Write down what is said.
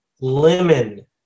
lemon